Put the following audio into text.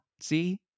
See